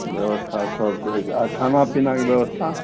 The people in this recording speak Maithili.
बेबस्था सब किछु आ खाना पीनाके बेबस्था